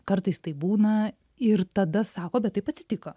kartais taip būna ir tada sako bet taip atsitiko